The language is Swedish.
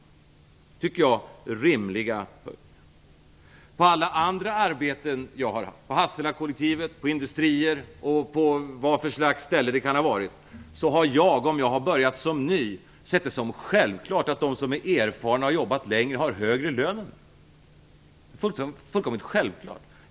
Det tycker jag är rimliga höjningar. På alla andra arbeten som jag haft, på Hasselakollektivet, industrier och vilka platser det än har varit, har jag som nyanställd sett det som självklart att de som är erfarna och har jobbat längre har högre lön än jag. Det är ju fullkomligt självklart.